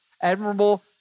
admirable